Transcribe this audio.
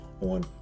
on